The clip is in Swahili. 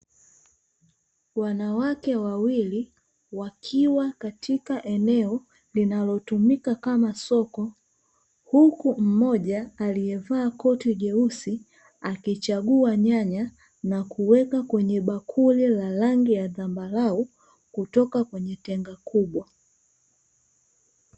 Wanawake wawili wakiwa katika eneo linalotumika kama soko, huku mmoja aliyevaa koti jeusi akichagua nyanya na kuweka kwenye bakuli la rangi ya zambarau kutoka kwenye tenga kubwa.